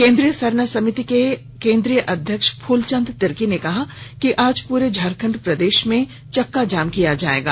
केंद्रीय सरना समिति के केंद्रीय अध्यक्ष फूलचंद तिर्की ने कहा कि आज पूरे झारखंड प्रदेश में चक्का जाम किया जायेगा